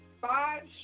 five